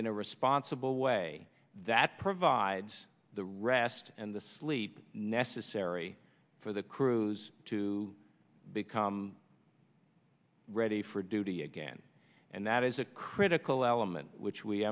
in a responsible way that provides the rest and the sleep necessary for the cruise to become ready for duty again and that is a critical element which we